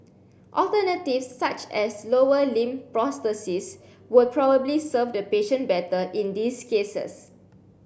alternatives such as lower limb prosthesis will probably serve the patient better in these cases